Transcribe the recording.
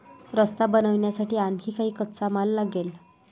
रस्ता बनवण्यासाठी आणखी काही कच्चा माल लागेल